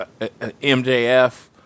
MJF